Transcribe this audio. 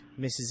Mrs